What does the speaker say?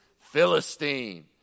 Philistine